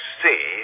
see